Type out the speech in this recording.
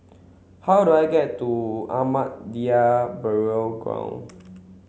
how do I get to Ahmadiyya Burial Ground